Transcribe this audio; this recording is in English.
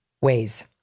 ways